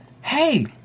hey